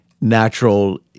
natural –